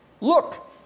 look